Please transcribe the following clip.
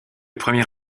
premier